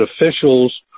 officials